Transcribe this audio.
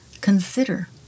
consider